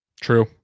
true